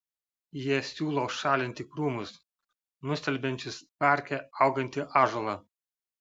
jie siūlo šalinti krūmus nustelbiančius parke augantį ąžuolą